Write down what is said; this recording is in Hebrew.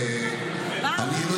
אם גפני קורא לבנט רוצח?